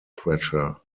pressure